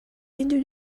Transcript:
into